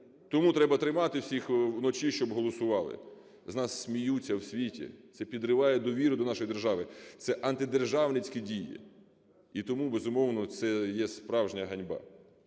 Тому треба тримати всіх вночі, щоб голосували. З нас сміються в світі! Це підриває довіру до нашої держави. Це антидержавницькі дії. І тому, безумовно, це є справжня ганьба.